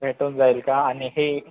भेटून जाईल का आणि हे